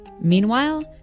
Meanwhile